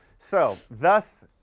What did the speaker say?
so thus,